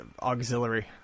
auxiliary